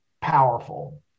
powerful